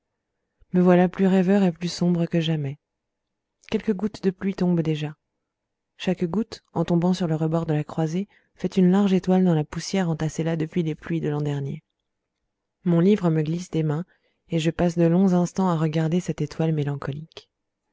me voilà plus rêveur et plus sombre que jamais quelques gouttes de pluie tombent déjà chaque goutte en tombant sur le rebord de la croisée fait une large étoile dans la poussière entassée là depuis les pluies de l'an dernier mon livre me glisse des mains et je passe de longs instants à regarder cette étoile mélancolique